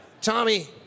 Tommy